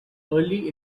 early